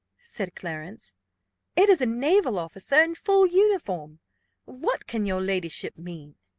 said clarence it is a naval officer in full uniform what can your ladyship mean?